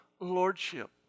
Lordship